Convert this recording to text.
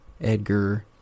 Edgar